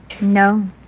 No